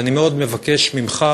אז אני מאוד מבקש ממך,